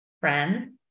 friends